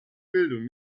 bildung